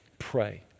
pray